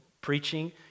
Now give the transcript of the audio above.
preaching